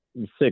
six